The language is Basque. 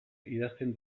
idazten